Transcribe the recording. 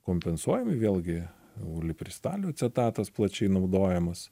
kompensuojami vėlgi ulipristalio acetatas plačiai naudojamas